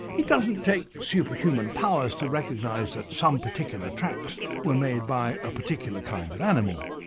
it doesn't take superhuman powers to recognise that some particular tracks were made by a particular kind of animal,